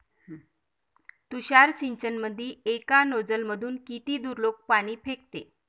तुषार सिंचनमंदी एका नोजल मधून किती दुरलोक पाणी फेकते?